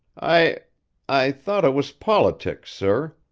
i i thought it was politics, sir.